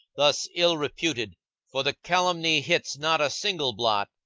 thus ill-reputed for the calumny hits not a single blot,